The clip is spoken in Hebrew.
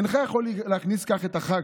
אינך יכול להכניס כך את החג,